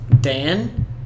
Dan